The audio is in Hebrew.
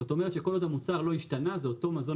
זאת אומרת שכל עוד המוצר לא השתנה זה אותו מזון